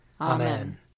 Amen